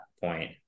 point